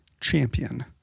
champion